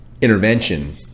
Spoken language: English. intervention